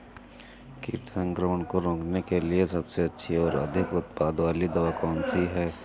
कीट संक्रमण को रोकने के लिए सबसे अच्छी और अधिक उत्पाद वाली दवा कौन सी है?